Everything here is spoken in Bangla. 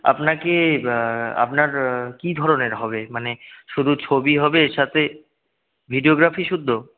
আপনার কি আপনার কী ধরনের হবে মানে শুধু ছবি হবে সাথে ভিডিওগ্রাফি সুদ্ধ